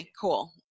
cool